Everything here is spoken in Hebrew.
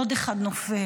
עוד אחד נופל,